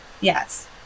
Yes